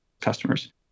customers